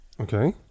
Okay